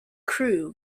crew